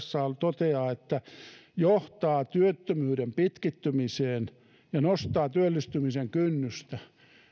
toteaa että johtaa työttömyyden pitkittymiseen ja nostaa työllistymisen kynnystä